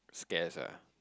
scares ah